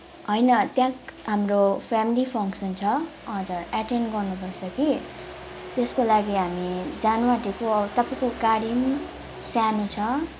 होइन त्यहाँ हाम्रो फ्यामिली फङ्सन छ हजुर एटेन्ड गर्नुपर्छ कि त्यसको लागि हामी जानुआँटेको तपाईँको गाडी सानो छ